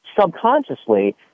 subconsciously